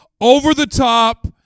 over-the-top